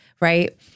right